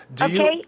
Okay